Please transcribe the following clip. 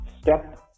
step